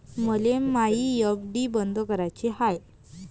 मले मायी एफ.डी बंद कराची हाय